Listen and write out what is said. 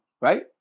right